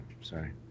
Sorry